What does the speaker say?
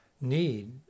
need